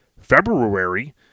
February